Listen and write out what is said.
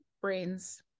brains